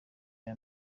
aya